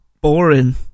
Boring